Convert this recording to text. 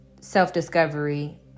self-discovery